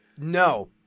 No